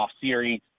series